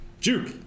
Juke